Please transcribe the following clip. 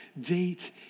Date